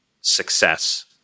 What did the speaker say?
success